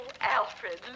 Alfred